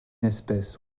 espèce